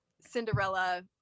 Cinderella